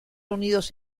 unidos